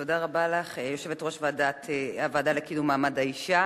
תודה רבה לך, יושבת-ראש הוועדה לקידום מעמד האשה.